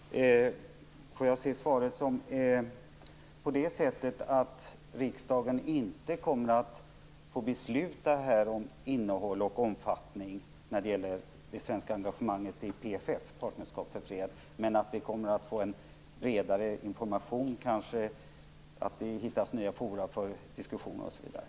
Herr talman! Får jag se svaret på det sättet att riksdagen inte kommer att få besluta om innehåll och omfattning när det gäller det svenska engagemanget i PFF, Partnerskap för fred, men att vi kommer att få en bredare information, att det kanske kan hittas nya fora för diskussion osv.?